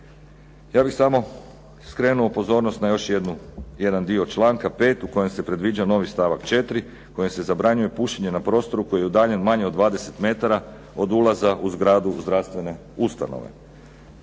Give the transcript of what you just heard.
Ja bih samo skrenuo pozornost na još jedan dio članka 5. u kojem se predviđa novi stavak 4. kojim se zabranjuje pušenje na prostoru koji je udaljen manje od 20 m od ulaza u zgradu zdravstvene ustanove.